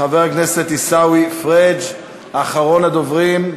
חבר הכנסת עיסאווי פריג', אחרון הדוברים,